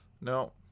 No